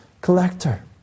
collector